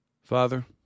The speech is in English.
Father